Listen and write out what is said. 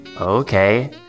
Okay